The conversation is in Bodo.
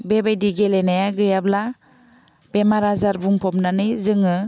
बेबायदि गेलेनाया गैयाब्ला बेमार आजार बुंफबनानै जोङो